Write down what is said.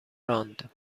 راند